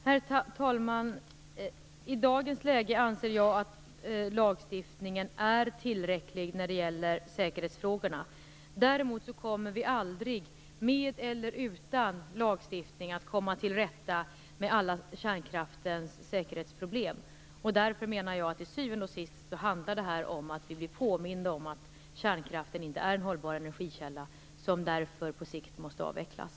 Herr talman! I dagens läge anser jag att lagstiftningen är tillräcklig när det gäller säkerhetsfrågorna. Däremot kommer vi aldrig, med eller utan lagstiftning, att komma till rätta med alla kärnkraftens säkerhetsproblem. Därför menar jag att det här till syvende och sist handlar om att vi blir påminda om att kärnkraften inte är en hållbar energikälla och därför på sikt måste avvecklas.